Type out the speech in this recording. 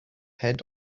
head